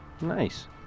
Nice